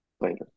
later